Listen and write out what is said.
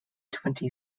twenty